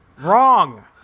Wrong